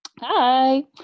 hi